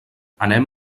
anem